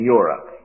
Europe